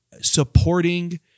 supporting